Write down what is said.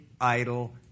idol